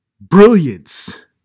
brilliance